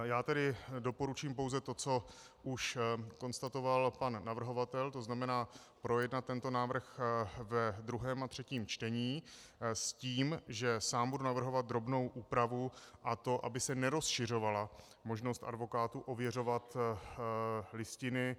Já tedy doporučím pouze to, co už konstatoval pan navrhovatel, tzn. projednat tento návrh ve druhém a třetím čtení s tím, že sám budu navrhovat drobnou úpravu, a to aby se nerozšiřovala možnost advokátů ověřovat listiny.